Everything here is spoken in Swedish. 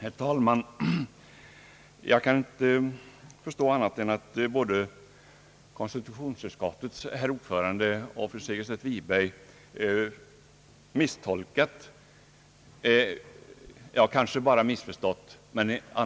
Herr talman! Jag kan inte förstå annat än att både konstitutionsutskottets ordförande och fru Segerstedt Wiberg misstolkat mig, eller i varje fall missförstått mig.